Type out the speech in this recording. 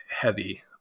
heavy